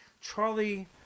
Charlie